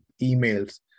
emails